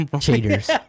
Cheaters